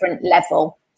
level